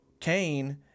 Cain